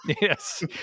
Yes